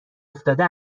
افتاده